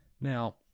Now